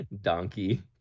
donkey